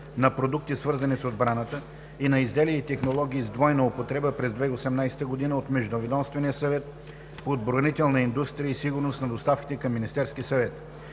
на продукти, свързани с отбраната, и на изделия и технологии с двойна употреба през 2018 г. от Междуведомствения съвет по отбранителна индустрия и сигурност на доставките към Министерския съвет